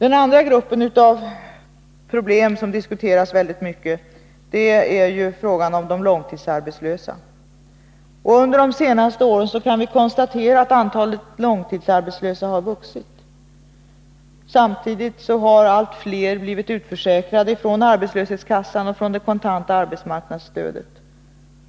En annan grupp av problem som diskuteras mycket är frågan om de långtidsarbetslösa. Vi kan konstatera att antalet långtidsarbetslösa under de senaste åren har vuxit. Samtidigt har allt fler blivit utförsäkrade från arbetslöshetskassan och från det kontanta arbetsmarknadsstödet.